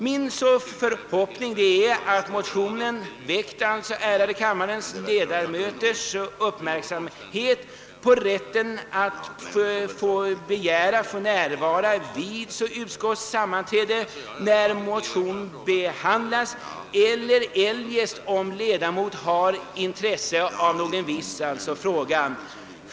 Min förhoppning är att motionen fäst de ärade kammarledamöternas uppmärksamhet på möjligheten att få närvara vid utskotts sammanträde, då motion behandlas eller eljest om ledamot har intresse av någon viss fråga.